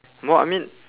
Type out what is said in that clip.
no I mean